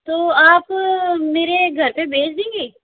तो आप मेरे घर पर भेज देंगे